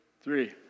three